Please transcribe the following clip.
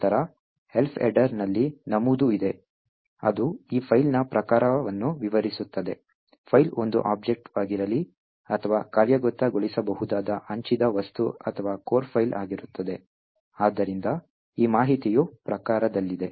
ನಂತರ Elf ಹೆಡರ್ನಲ್ಲಿ ನಮೂದು ಇದೆ ಅದು ಈ ಫೈಲ್ನ ಪ್ರಕಾರವನ್ನು ವಿವರಿಸುತ್ತದೆ ಫೈಲ್ ಒಂದು ಆಬ್ಜೆಕ್ಟ್ ವಾಗಿರಲಿ ಅಥವಾ ಕಾರ್ಯಗತಗೊಳಿಸಬಹುದಾದ ಹಂಚಿದ ವಸ್ತು ಅಥವಾ ಕೋರ್ ಫೈಲ್ ಆಗಿರುತ್ತದೆ ಆದ್ದರಿಂದ ಈ ಮಾಹಿತಿಯು ಪ್ರಕಾರದಲ್ಲಿದೆ